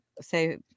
say